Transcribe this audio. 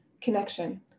Connection